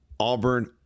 Auburn